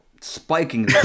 Spiking